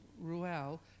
Ruel